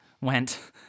went